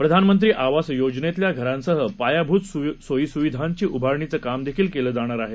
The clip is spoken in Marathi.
प्रधानमंत्री आवास योजनेतल्या घरांसह पायाभूत सोयी सुविधांची उभारणीचं काम केलं जाईल